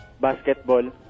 basketball